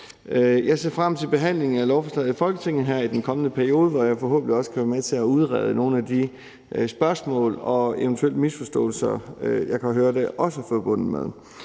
Jeg ser frem til behandlingen af lovforslaget i Folketinget her i den kommende periode, hvor jeg forhåbentlig også kan være med til at udrede nogle af de spørgsmål og eventuelle misforståelser, som jeg kan høre det også er forbundet med.